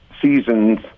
Seasons